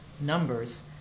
numbers